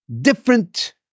different